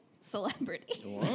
celebrity